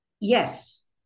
Yes